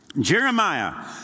Jeremiah